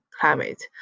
climate